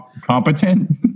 competent